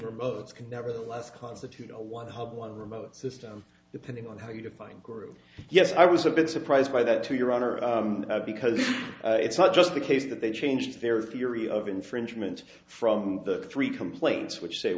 can nevertheless constitute a one hundred one remote system depending on how you define group yes i was a bit surprised by that too your honor because it's not just the case that they changed their theory of infringement from the three complaints which say